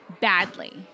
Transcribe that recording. badly